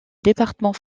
département